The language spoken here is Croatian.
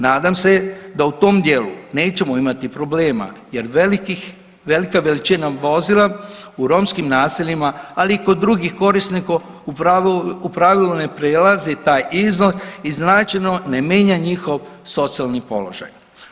Nadam se da u tom dijelu nećemo imati problema jer velikih, velika većina vozila u romskim naseljima, ali i kod drugih korisnika u pravilu ne prelazi taj iznos i značajno ne mijenja njihov socijalni položaj.